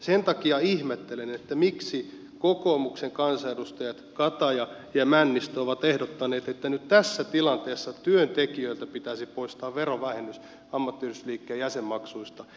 sen takia ihmettelen miksi kokoomuksen kansanedustajat kataja ja männistö ovat ehdottaneet että nyt tässä tilanteessa työntekijöiltä pitäisi poistaa verovähennys ammattiyhdistysliikkeen jäsenmaksuista